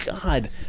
god